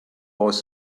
was